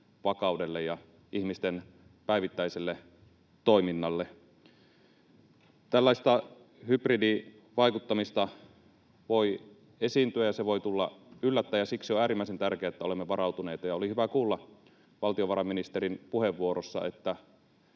vakaudelle ja ihmisten päivittäiselle toiminnalle. Tällaista hybridivaikuttamista voi esiintyä, ja se voi tulla yllättäen, ja siksi on äärimmäisen tärkeää, että olemme varautuneita. Oli hyvä kuulla valtiovarainministerin puheenvuorossa,